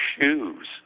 shoes